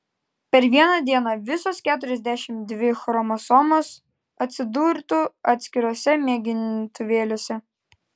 per vieną dieną visos keturiasdešimt dvi chromosomos atsidurtų atskiruose mėgintuvėliuose